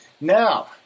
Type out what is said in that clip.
Now